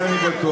זה, אני בטוח.